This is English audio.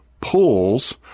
pulls